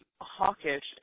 hawkish